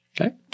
Okay